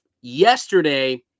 yesterday